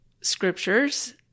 scriptures